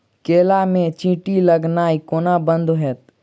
केला मे चींटी लगनाइ कोना बंद हेतइ?